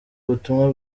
ubutumwa